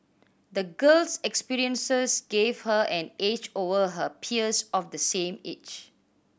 the girl's experiences gave her an edge over her peers of the same age